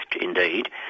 indeed